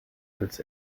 als